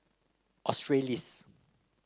australis